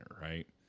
right